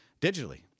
digitally